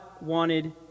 wanted